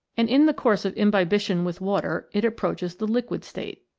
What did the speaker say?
and in the course of imbibition with water it approaches the liquid state.